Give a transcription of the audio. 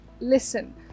listen